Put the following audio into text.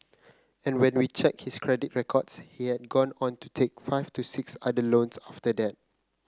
and when we checked his credit records he had gone on to take five to six other loans after that